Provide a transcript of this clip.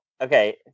Okay